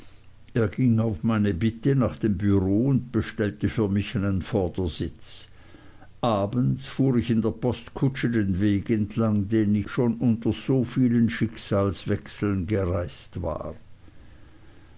er ging auf meine bitte nach dem bureau und bestellte für mich einen vordersitz abends fuhr ich in der postkutsche den weg entlang den ich schon unter so vielen schicksalswechseln gereist war